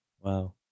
Wow